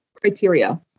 criteria